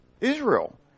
Israel